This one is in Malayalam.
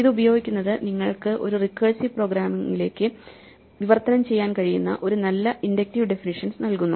ഇത് ഉപയോഗിക്കുന്നത് നിങ്ങൾക്ക് ഒരു റിക്കേഴ്സീവ് പ്രോഗ്രാമിലേക്ക് വിവർത്തനം ചെയ്യാൻ കഴിയുന്ന നല്ല ഇൻഡക്റ്റീവ് ഡെഫിനിഷ്യൻസ് നൽകുന്നു